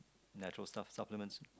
natural stuff supplements